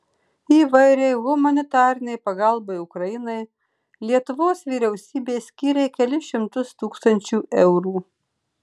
įvairiai humanitarinei pagalbai ukrainai lietuvos vyriausybė skyrė kelis šimtus tūkstančių eurų